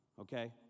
Okay